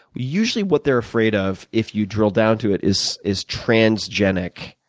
usually what they're afraid of, if you drill down to it, is is transgenic